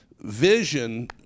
vision